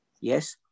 Yes